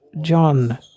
John